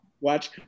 watch